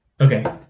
Okay